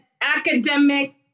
academic